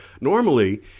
Normally